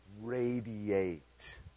radiate